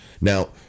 Now